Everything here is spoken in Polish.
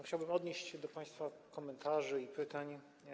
Chciałbym odnieść się do państwa komentarzy i pytań.